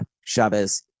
Chavez